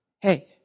Hey